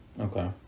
Okay